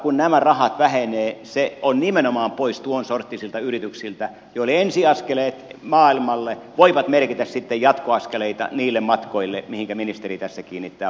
kun nämä rahat vähenevät se on nimenomaan pois tuon sorttisilta yrityksiltä joille ensiaskeleet maailmalle voivat merkitä sitten jatkoaskeleita niille matkoille mihinkä ministeri tässä kiinnittää huomiota